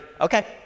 Okay